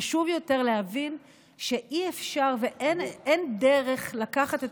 חשוב יותר להבין שאי-אפשר ואין דרך לקחת את